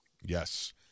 Yes